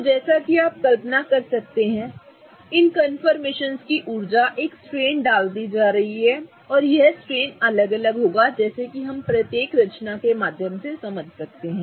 तो जैसा कि आप कल्पना कर सकते हैं कि इन अनुरूपताओं की ऊर्जा एक स्ट्रेन डालती जा रही है और यह स्ट्रेन अलग अलग होगा जैसा कि हम प्रत्येक रचना के माध्यम से समझ सकते हैं